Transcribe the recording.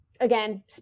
again